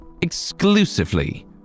exclusively